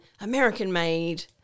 American-made